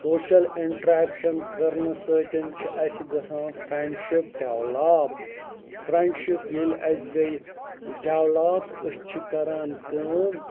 social interaction کَرنہٕ سۭتۍ چھِ اَسہِ گژھان فرٛینٛڈشِپ ڈٮ۪ولاپ فرٛینٛڈشِپ ییٚلہِ اَسہِ گٔیہِ ڈٮ۪ولاپ أسۍ چھِ کران کٲم